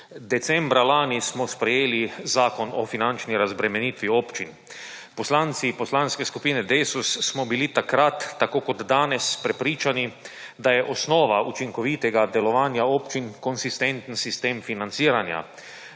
Decembra lani smo sprejeli Zakon o finančni razbremenitvi občin. Poslanci Poslanske skupine Desus smo bili takrat, tako kot danes, prepričani, da je osnova učinkovitega delovanja občin konsistenten sistem financiranja,